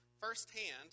firsthand